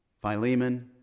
Philemon